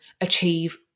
achieve